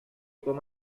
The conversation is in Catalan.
com